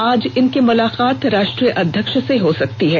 आज इनकी मुलाकात राष्ट्रीय अध्यक्ष से हो सकती हैं